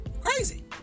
Crazy